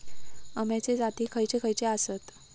अम्याचे जाती खयचे खयचे आसत?